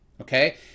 Okay